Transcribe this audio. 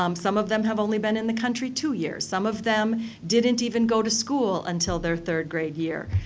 um some of them have only been in the country two years. some of them didn't even go to school until their third grade year.